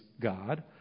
God